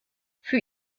für